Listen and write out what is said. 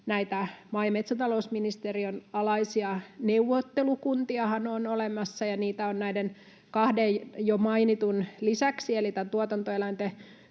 maa- ja metsätalousministeriön alaisia neuvottelukuntiahan on olemassa ja niitä on näiden kahden jo mainitun, eli tämän tuotantoeläinten